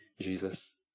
Jesus